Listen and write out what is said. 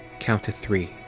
count to three.